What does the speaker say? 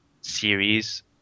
series